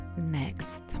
next